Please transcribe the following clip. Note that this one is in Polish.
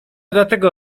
dlatego